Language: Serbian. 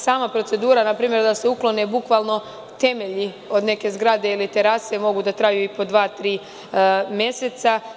Sama procedura da se uklone bukvalno temelji od neke zgrade ili terase mogu da traju i po dva, tri meseca.